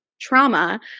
trauma